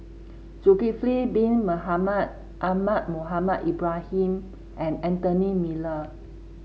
Zulkifli Bin Mohamed Ahmad Mohamed Ibrahim and Anthony Miller